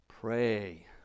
pray